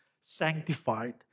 sanctified